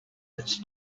its